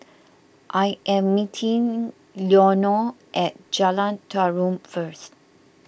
I am meeting Leonore at Jalan Tarum first